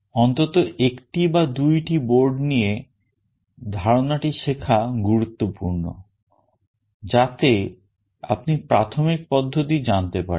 অন্তত একটি বা দুইটি board নিয়ে ধারণাটি শেখা গুরুত্বপূর্ণ যাতে আপনি প্রাথমিক পদ্ধতি জানতে পারেন